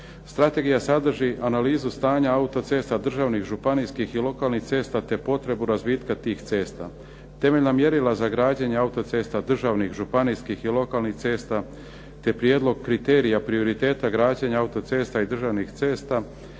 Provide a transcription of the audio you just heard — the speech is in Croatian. Strategija sadrži analizu stanja autocesta, državni, županijskih i lokalnih cesta te potrebu razvitka tih cesta. Temeljna mjerila za građenje autocesta, državni, županijskih i lokalnih cesta te prijedlog kriterija prioriteta građenja autocesta i državnih cesta,